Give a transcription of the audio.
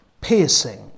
piercing